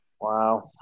Wow